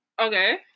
Okay